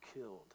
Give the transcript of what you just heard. killed